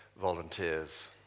volunteers